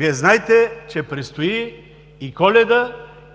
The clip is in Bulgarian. Знаете, че предстои Коледа